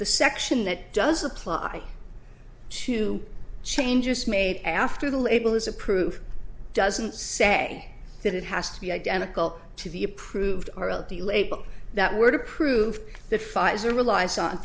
the section that does apply to changes made after the label is approved doesn't say that it has to be identical to the approved r l d label that were to prove that pfizer relies on